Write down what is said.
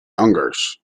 angers